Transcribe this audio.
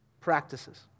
practices